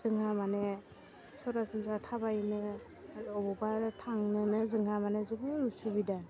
जोंहा मानि सरासन्स्रा थाबायनो अबावबा थांनोनो जोंहा मानि जोबोद उसुबिदा